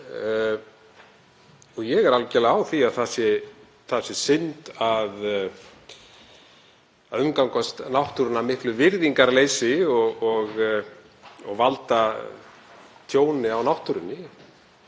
Ég er algerlega á því að það sé synd að umgangast náttúruna af miklu virðingarleysi og valda tjóni á náttúrunni.